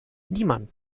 niemand